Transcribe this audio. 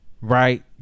Right